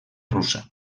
russa